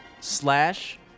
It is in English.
slash